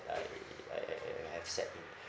I I I I I have set